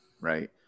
right